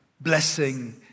blessing